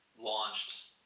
launched